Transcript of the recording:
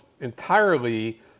entirely